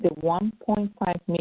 one point